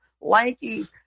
lanky